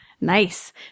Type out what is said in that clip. Nice